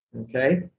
okay